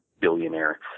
billionaire